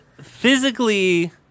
Physically